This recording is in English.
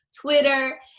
Twitter